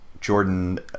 Jordan